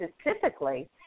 specifically